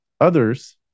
others